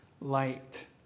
light